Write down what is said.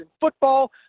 football